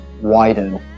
widen